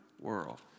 world